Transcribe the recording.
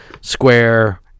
square